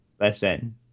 Listen